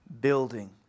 building